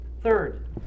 third